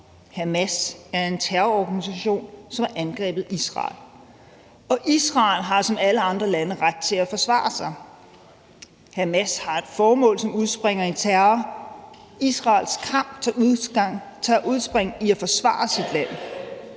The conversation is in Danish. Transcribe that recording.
Hamas er en terrororganisation, som har angrebet Israel, og Israel har som alle andre lande ret til at forsvare sig. Hamas har et formål, som udspringer af terror. Israels kamp udspringer af at forsvare sit land.